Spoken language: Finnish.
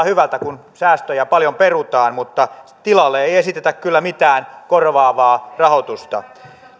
hyvältä kun säästöjä paljon perutaan mutta tilalle ei esitetä kyllä mitään korvaavaa rahoitusta